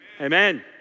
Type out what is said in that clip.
Amen